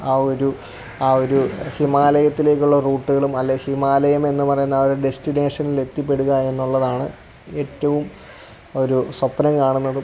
ആ ഒരു ആ ഒരു ഹിമാലയത്തിലേക്കുള്ള റൂട്ടുകളും അല്ലേ ഹിമാലയം എന്ന് പറയുന്നാ ഒരു ഡെസ്റ്റിനേഷനിലെത്തിപ്പെടുക എന്നുള്ളതാണ് ഏറ്റവും ഒരു സ്വപ്നം കാണുന്നതും